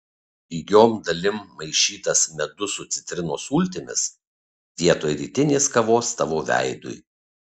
lygiom dalim maišytas medus su citrinos sultimis vietoj rytinės kavos tavo veidui